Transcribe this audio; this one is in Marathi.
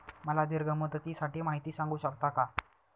मला दीर्घ मुदतीसाठी माहिती सांगू शकता का?